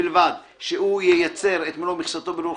ובלבד שהוא ייצר את מלוא מכסתו בלול חדש,